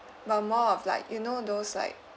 but more of like you know those like